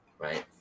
right